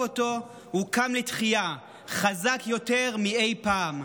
אותו הוא קם לתחייה חזק יותר מאי פעם.